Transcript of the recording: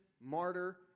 martyr